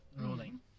rolling